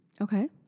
Okay